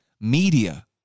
Media